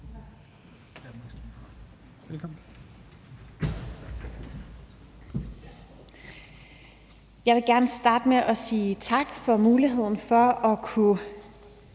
(EL): Jeg vil gerne starte med at sige tak for muligheden for at kunne